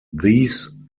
these